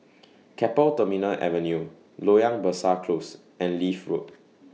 Keppel Terminal Avenue Loyang Besar Close and Leith Road